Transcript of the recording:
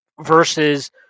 versus